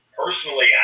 Personally